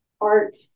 art